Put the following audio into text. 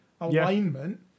alignment